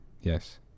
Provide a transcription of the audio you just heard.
Yes